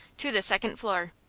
to the second floor.